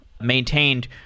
maintained